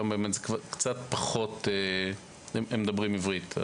היום הם מדברים עברית.